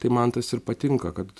tai man tas ir patinka kad